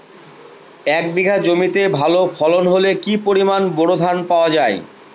এক বিঘা জমিতে ভালো ফলন হলে কি পরিমাণ বোরো ধান পাওয়া যায়?